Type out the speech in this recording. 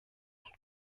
und